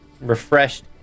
refreshed